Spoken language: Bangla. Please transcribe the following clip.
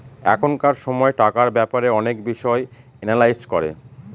এখনকার সময় টাকার ব্যাপারে অনেক বিষয় এনালাইজ করে